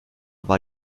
war